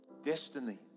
destiny